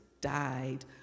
died